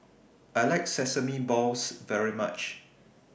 I like Sesame Balls very much